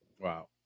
Wow